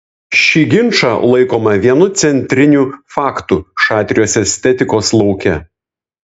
šį ginčą laikome vienu centrinių faktų šatrijos estetikos lauke